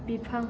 बिफां